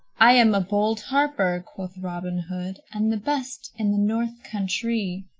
i am a bold harper, quoth robin hood, and the best in the north country.